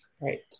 Right